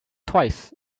twice